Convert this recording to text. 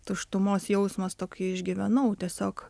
tuštumos jausmas tokį išgyvenau tiesiog